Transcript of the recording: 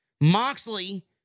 Moxley